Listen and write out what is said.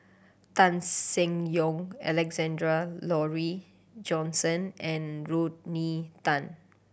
Tan Seng Yong Alexander Laurie Johnston and Rodney Tan